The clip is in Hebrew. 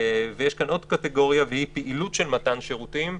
ויש עוד קטגוריה, והיא "פעילות של מתן שירותים".